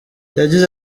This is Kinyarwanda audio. yagize